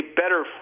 better